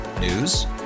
News